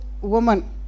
woman